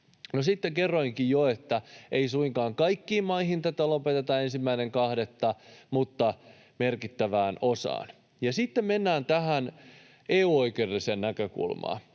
kerroinkin jo, että ei suinkaan kaikkiin maihin tätä lopeteta 1.2., mutta merkittävään osaan. Ja sitten mennään tähän EU-oikeudelliseen näkökulmaan.